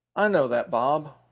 i know that, bob.